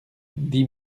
dix